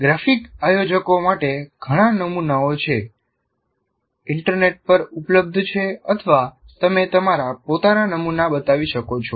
graphic આયોજકો માટે ઘણા નમૂનાઓ છે ઇન્ટરનેટ પર ઉપલબ્ધ છે અથવા તમે તમારા પોતાના નમૂના બનાવી શકો છો